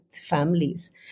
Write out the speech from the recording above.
families